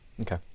okay